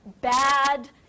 bad